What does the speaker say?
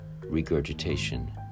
regurgitation